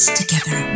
together